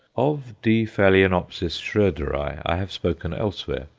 of d. phaloenopsis schroederi i have spoken elsewhere.